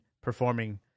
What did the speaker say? performing